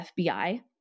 FBI